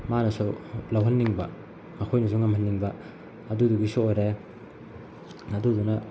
ꯃꯥꯅꯁꯨ ꯂꯧꯍꯟꯅꯤꯡꯕ ꯑꯩꯈꯣꯏꯅꯁꯨ ꯉꯝꯍꯟꯅꯤꯡꯕ ꯑꯗꯨꯗꯨꯒꯤꯁꯨ ꯑꯣꯏꯔꯦ ꯑꯗꯨꯗꯨꯅ